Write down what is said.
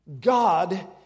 God